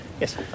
yes